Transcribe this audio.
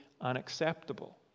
unacceptable